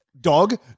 Dog